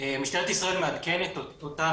משטרת ישראל מעדכנת אותנו,